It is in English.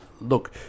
Look